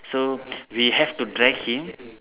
so we have to drag him